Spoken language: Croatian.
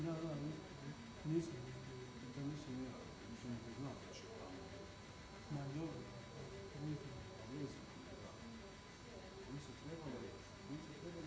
Hvala vam.